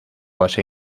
base